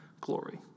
glory